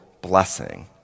blessing